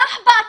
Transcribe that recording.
סאחבק,